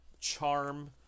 charm